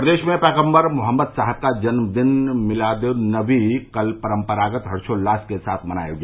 प्रदेश में पैगम्बर मोहम्मद साहब का जन्मदिवस मिलाद उन नबी कल परम्परागत हर्षोल्लास के साथ मनाया गया